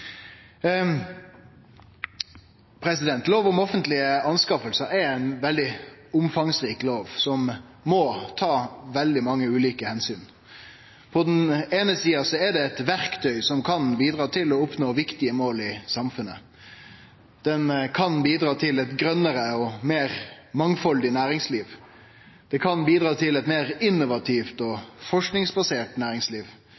usemje. Lov om offentlege anskaffingar er ei veldig omfangsrik lov, som må ta veldig mange ulike omsyn. På den eine sida er ho eit verktøy som kan bidra til å oppnå viktige mål i samfunnet. Ho kan bidra til eit grønare og meir mangfaldig næringsliv. Ho kan bidra til eit meir innovativt